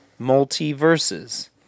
multiverses